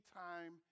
time